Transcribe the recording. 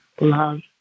love